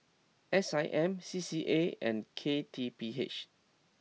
S I M C C A and K T P H